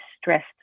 stressed